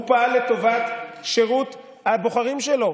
הוא פעל לטובת שירות הבוחרים שלו.